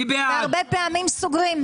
הרבה פעמים סוגרים.